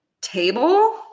table